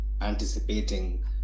anticipating